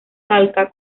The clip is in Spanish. talca